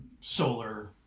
solar